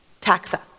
taxa